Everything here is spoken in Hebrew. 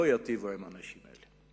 לא ייטיבו עם האנשים האלה.